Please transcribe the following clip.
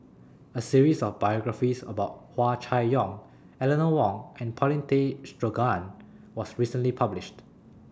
A series of biographies about Hua Chai Yong Eleanor Wong and Paulin Tay Straughan was recently published